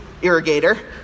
irrigator